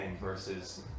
versus